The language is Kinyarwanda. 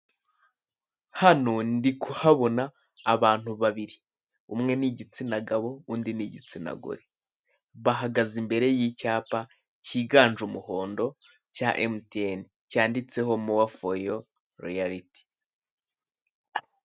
Hano ndi kuhabona abantu babiri; umwe ni igitsina gabo, undi ni igitsina gore. Bahagaze imbere y'icyapa cyiganje umuhondo, cya emutiyene. Cyanditseho mowa fo yo royariti.